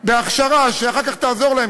בהכשרה שאחר כך תעזור להן,